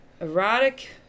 Erotic